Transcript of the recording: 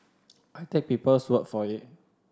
I take people's words for it